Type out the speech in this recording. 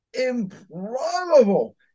improbable